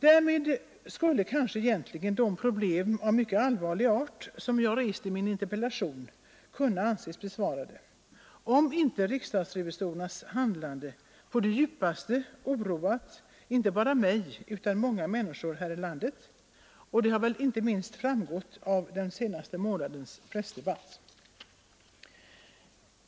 Därmed skulle kanske egentligen de problem av mycket allvarlig art som jag har aktualiserat i min interpellation kunna anses besvarade, om inte riksdagsrevisorernas handlande på det djupaste oroat inte bara mig utan många människor här i landet. Detta har väl inte minst framgått av den senaste månadens pressdebatt.